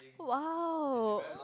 !wow!